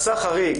עשה חריג,